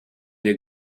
der